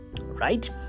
Right